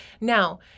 Now